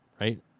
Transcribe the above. right